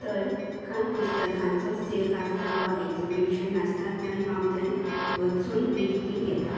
तर कांय पुस्तकांचो सेल आसता वा एगक्जिबिशन आसता थंय हांव थंय वचून विकती घेता